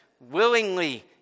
willingly